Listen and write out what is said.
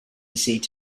seat